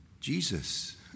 Jesus